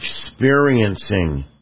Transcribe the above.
experiencing